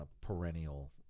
perennial